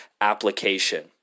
application